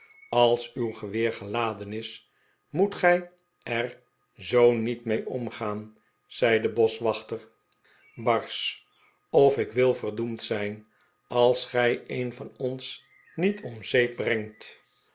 als uw geweer geladen is moet gij er zoo niet mee omgaan zei de boschwachter barsch of ik wil verdoemd zijn als gij een van ons niet om zeep brengt